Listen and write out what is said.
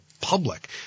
public